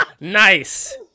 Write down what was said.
Nice